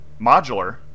modular